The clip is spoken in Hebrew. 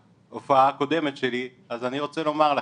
בהופעה הקודמת שלי אז אני רוצה לומר לכם,